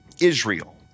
Israel